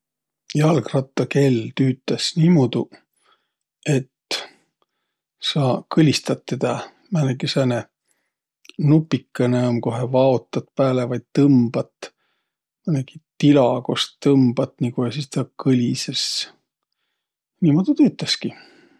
Jalgrattakell tüütäs niimuudu, et sa kõlistat tedä. Määnegi sääne nupikõnõ um, kohe vaotat pääle vai tõmbat. Määnegi tila, kost tõmbat. Ja sis tä kõlisõs. Niimuudu tüütäski.